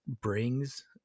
brings